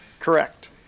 Correct